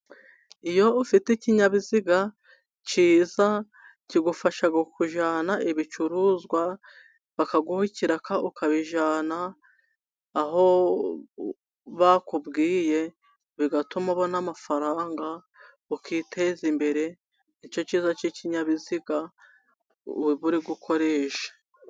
Iyo ufite ikinyabiziga cyiza kigufasha kujyana ibicuruzwa, bakaguha ikiraka ukabijyana aho bakubwiye, bigatuma ubona amafaranga, ukiteza imbere. Nicyo cyiza cy'ikinyabiziga uba uri gukoresha.